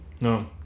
No